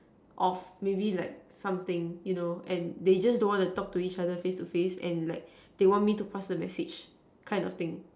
of maybe like something you know and they just don't want to talk to each other face to face and like they want me to pass the message kind of thing